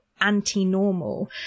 anti-normal